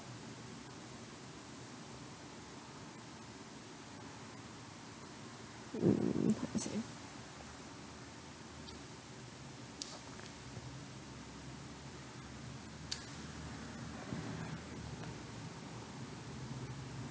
mm mm how to say